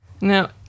Now